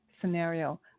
scenario